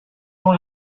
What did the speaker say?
sont